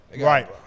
Right